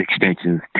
extensions